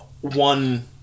one